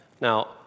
Now